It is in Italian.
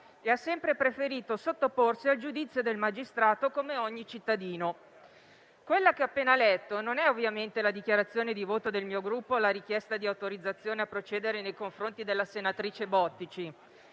e ha sempre preferito sottoporsi al giudizio del magistrato come ogni cittadino». Ciò che ho appena letto non è ovviamente la dichiarazione di voto del mio Gruppo alla richiesta di autorizzazione a procedere nei confronti della senatrice Bottici,